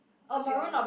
to be honest